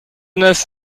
neuf